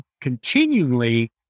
continually